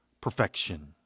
perfection